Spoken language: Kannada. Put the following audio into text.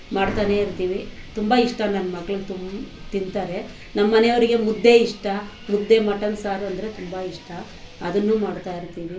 ಮಾಡ್ತಾನೆ ಇರ್ತೀವಿ ತುಂಬ ಇಷ್ಟ ನನ್ನ ಮಗ್ಳಿಗೆ ತುಂಬ ತಿಂತಾರೆ ನಮ್ಮನೆಯವ್ರಿಗೆ ಮುದ್ದೆ ಇಷ್ಟ ಮುದ್ದೆ ಮಟನ್ ಸಾರು ಅಂದರೆ ತುಂಬ ಇಷ್ಟ ಅದನ್ನೂ ಮಾಡ್ತಾಯಿರ್ತೀವಿ